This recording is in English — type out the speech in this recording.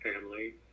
family